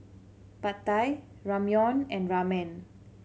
Pad Thai Ramyeon and Ramen